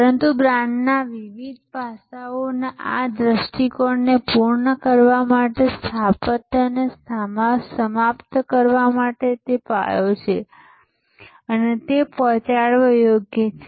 પરંતુ બ્રાન્ડના વિવિધ પાસાઓના આ દૃષ્ટિકોણને પૂર્ણ કરવા માટે આ સ્થાપત્યને સમાપ્ત કરવા માટે તે પાયો છે અને તે પહોંચાડવા યોગ્ય છે